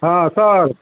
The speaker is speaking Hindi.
हाँ सर